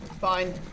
Fine